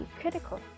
critical